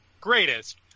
greatest